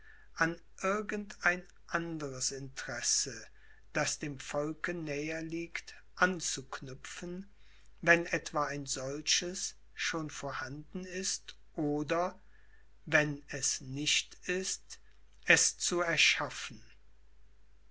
an irgend ein anderes interesse das dem volke näher liegt anzuknüpfen wenn etwa ein solches schon vorhanden ist oder wenn es nicht ist es zu erschaffen